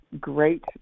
great